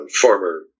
former